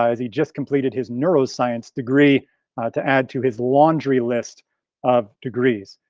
as he just completed his neuroscience degree to add to his laundry list of degrees.